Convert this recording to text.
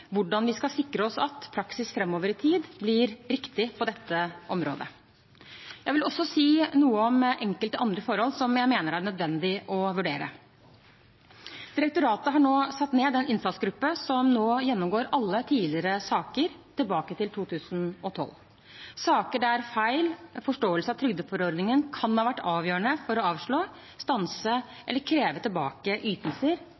hvordan vi skal sikre oss at praksis framover i tid blir riktig på dette området. Jeg vil også si noe om enkelte andre forhold som jeg mener det er nødvendig å vurdere. Direktoratet har satt ned en innsatsgruppe som nå gjennomgår alle tidligere saker tilbake til 2012. Saker der feil forståelse av trygdeforordningen kan ha vært avgjørende for å avslå, stanse eller kreve tilbake ytelser,